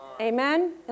Amen